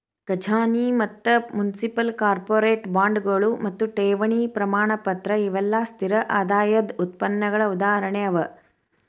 ಖಜಾನಿ ಮತ್ತ municipal, corporate ಬಾಂಡ್ಗಳು ಮತ್ತು ಠೇವಣಿ ಪ್ರಮಾಣಪತ್ರ ಇವೆಲ್ಲಾ ಸ್ಥಿರ ಆದಾಯದ್ ಉತ್ಪನ್ನಗಳ ಉದಾಹರಣೆ ಅವ